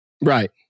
right